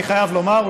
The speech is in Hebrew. אני חייב לומר.